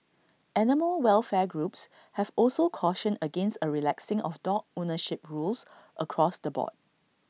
animal welfare groups have also cautioned against A relaxing of dog ownership rules across the board